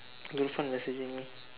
Irfan messaging me